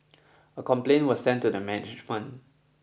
a complaint was sent to the management